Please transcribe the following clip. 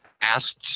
asked